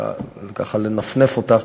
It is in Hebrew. ככה לנפנף אותך,